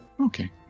Okay